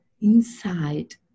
inside